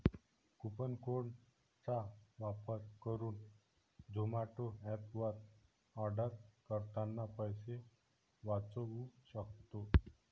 coupon code चा वापर करुन झोमाटो एप वर आर्डर करतांना पैसे वाचउ सक्तो